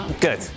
Good